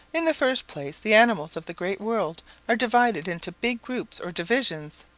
in the first place, the animals of the great world are divided into big groups or divisions,